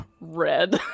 red